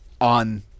on